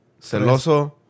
Celoso